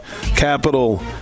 capital